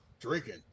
drinking